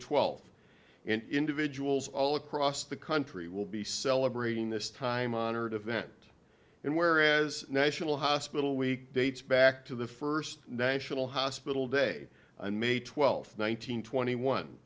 twelfth and individuals all across the country will be celebrating this time honored event and whereas national hospital week dates back to the first national hospital day and may twelfth one thousand twenty one